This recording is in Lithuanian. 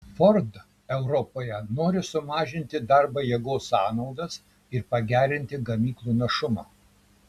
ford europoje nori sumažinti darbo jėgos sąnaudas ir pagerinti gamyklų našumą